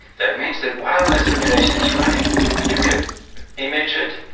that means that while the simulation is running you can image it,